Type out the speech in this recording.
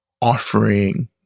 offering